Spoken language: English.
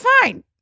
fine